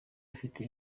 afite